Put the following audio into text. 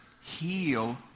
heal